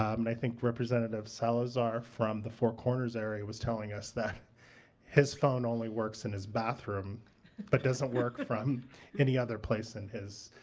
um and i think representative salazar from the four corners area was telling us that his phone only works in his bathroom but doesn't work from any other place in his,